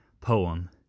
poem